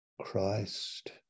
Christ